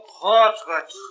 portrait